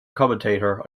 commentator